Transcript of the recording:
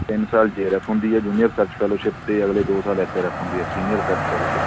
ਤਿੰਨ ਸਾਲ J R F ਹੁੰਦੀ ਹੈ ਜੂਨੀਅਰ ਸਰਚ ਫੈਲੋਸ਼ਿਪ ਅਤੇ ਅਗਲੇ ਦੋ ਸਾਲ ਐੱਸ ਆਰ ਐੱਫ ਹੁੰਦੀ ਹੈ ਸੀਨੀਅਰ ਰਿਸਰਚ ਫੈਲੋਸ਼ਿਪ